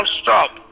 stop